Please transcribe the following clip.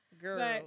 Girl